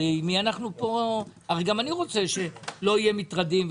הרי, גם אני רוצה שלא יהיו מטרדים.